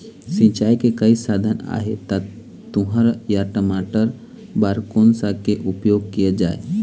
सिचाई के कई साधन आहे ता तुंहर या टमाटर बार कोन सा के उपयोग किए जाए?